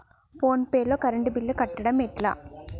Phone pay లో current bill కట్టడం ఎట్లా?